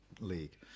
league